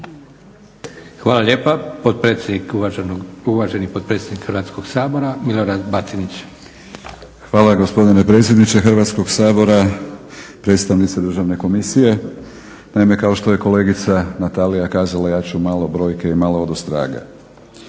Hvala lijepa. Potpredsjednik uvaženi Hrvatskog sabora Milorad Batinić. **Batinić, Milorad (HNS)** Hvala gospodine predsjedniče Hrvatskog sabora, predstavnici Državne komisije. Naime, kao što je kolegica Natalija kazala ja ću malo brojke i malo odostraga.